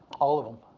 all of em.